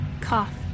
Cough